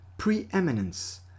Preeminence